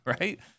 right